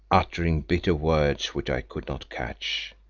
uttering bitter words which i could not catch.